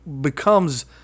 becomes